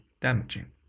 damaging